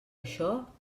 això